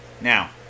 Now